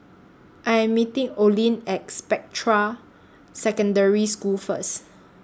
I Am meeting Olin At Spectra Secondary School First